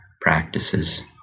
practices